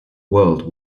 world